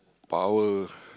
power